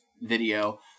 video